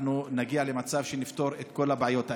אנחנו נגיע למצב שנפתור את כל הבעיות האלה.